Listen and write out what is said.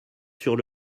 sur